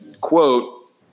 quote